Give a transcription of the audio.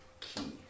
key